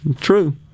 true